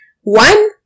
One